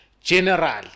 general